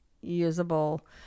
usable